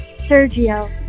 Sergio